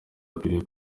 dukwiriye